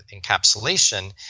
encapsulation